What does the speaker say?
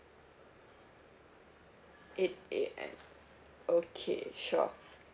eight A_M okay sure